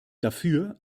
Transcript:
dafür